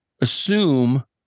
assume